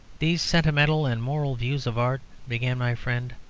these sentimental and moral views of art, began my friend,